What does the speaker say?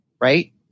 right